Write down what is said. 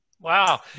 wow